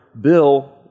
bill